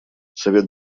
совет